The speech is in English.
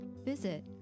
Visit